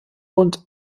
und